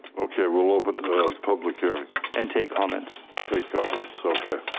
okay. we'll open a public hearing. and take comments. take comments. okay.